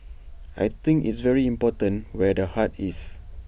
I think it's very important where the heart is